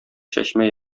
чәчмә